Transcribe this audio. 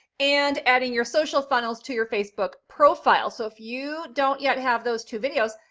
and adding your social funnels to your facebook profile. so if you don't yet have those two videos,